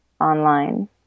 online